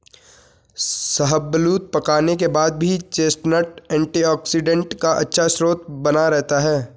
शाहबलूत पकाने के बाद भी चेस्टनट एंटीऑक्सीडेंट का अच्छा स्रोत बना रहता है